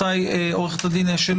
עורכת הדין אשל